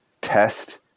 test